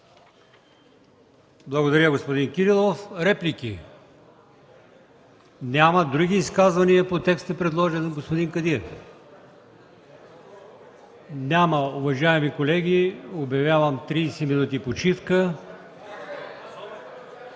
Благодаря, господин Кирилов. Реплики? Няма. Други изказвания по текста, предложен от господин Кадиев? Няма. Уважаеми колеги, обявявам 30 минути почивка